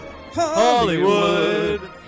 Hollywood